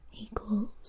equals